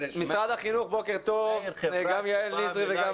משרד החינוך, אלירז, בוקר טוב, אני מניח